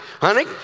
Honey